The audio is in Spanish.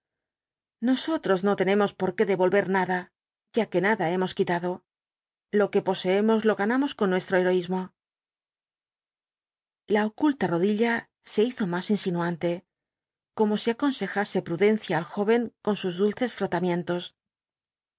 nosotros no tenemos por qué devolver nada ya que nada hemos quitado lo que poseemos lo ganamos con nuestro heroísmo la oculta rodilla se hizo más insinuante como si aconsejase prudencia al joven con sus dulces frotamientos